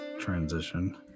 transition